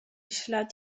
ślad